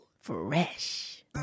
fresh